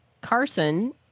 Carson